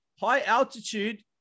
high-altitude